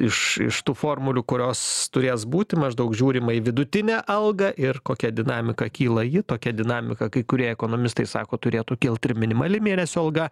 iš iš tų formulių kurios turės būti maždaug žiūrima į vidutinę algą ir kokia dinamika kyla ji tokia dinamika kai kurie ekonomistai sako turėtų kilt ir minimali mėnesio alga